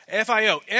FIO